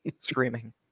Screaming